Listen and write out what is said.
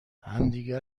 همدیگه